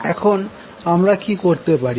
এখন আমরা কি করতে পারি